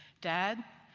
dad,